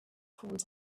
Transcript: called